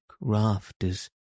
rafters